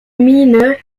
miene